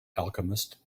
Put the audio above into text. alchemist